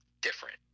different